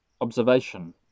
observation